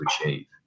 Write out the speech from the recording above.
achieve